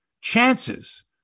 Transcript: chances –